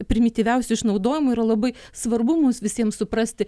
primityviausiu išnaudojimu yra labai svarbu mums visiems suprasti